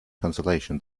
consolation